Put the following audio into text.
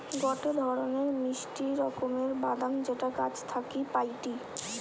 গটে ধরণের মিষ্টি রকমের বাদাম যেটা গাছ থাকি পাইটি